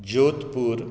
Jodhpur